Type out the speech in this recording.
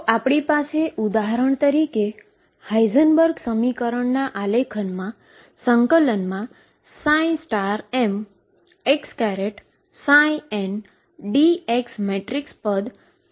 તો આપણી પાસે ઉદાહરણ તરીકેહાઈઝનબર્ગ સમીકરણના આલેખનમાં મેટ્રિક્સ એલીમેન્ટ xmn હતો